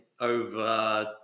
over